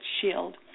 shield